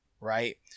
right